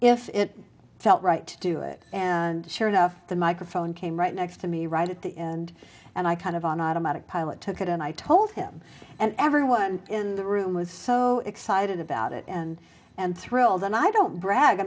if it felt right to do it and sure enough the microphone came right next to me right at the end and i kind of on automatic pilot took it and i told him and everyone in the room was so excited about it and and thrilled and i don't brag i